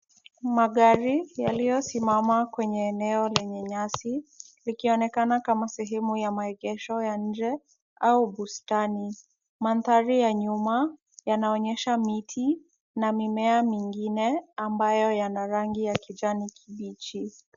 Magari yaliyosimama kwenye eneo lenye nyasi, likionekana kama sehemu ya maegesho ya nje au bustani. Mandhari ya nyuma yanaonyesha miti na mimea mingine, ambayo yana rangi ya kijani kibichi.